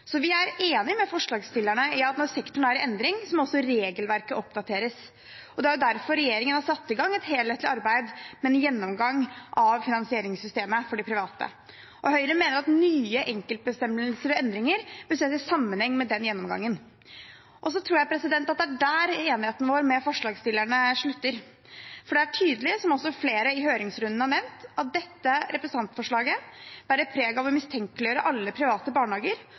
så vi er enig med forslagsstillerne i at når sektoren er i endring, må også regelverket oppdateres. Det er derfor regjeringen har satt i gang et helhetlig arbeid med en gjennomgang av finansieringssystemet for de private. Høyre mener at nye enkeltbestemmelser og endringer bør ses i sammenheng med den gjennomgangen. Jeg tror det er der vår enighet med forslagsstillerne slutter, for det er tydelig, som også flere i høringsrunden har nevnt, at dette representantforslaget bærer preg av å mistenkeliggjøre alle private barnehager,